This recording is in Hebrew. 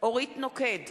אורית נוקד,